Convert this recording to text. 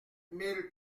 mille